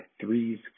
Threes